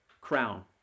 crown